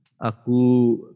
Aku